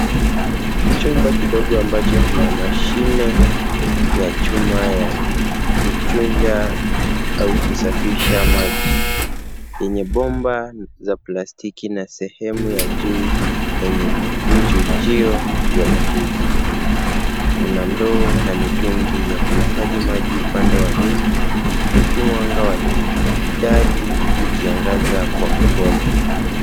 Chumba kidogo ambacho kina mashine ya chuma ya kuchuja au kusafisha maji yenye bomba za plastiki na sehemu ya juu yenye vichujio vya bluu. Kuna ndoo na mitungi ya kuhifadhi maji upande wa nyuma huku mwanga wa dari ukiangaza kwa upole.